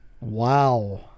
Wow